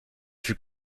fut